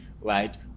right